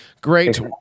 Great